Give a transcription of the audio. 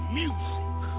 music